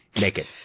naked